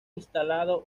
instalado